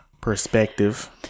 Perspective